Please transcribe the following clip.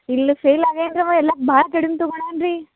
ಇಲ್ಲ ಫೇಲ್ ಆಗಿಯಾನ ರಿ ಅವ ಎಲ್ಲ ಭಾಳ ಕಡಿಮೆ ತಗೊಂಡಾನೆ ರೀ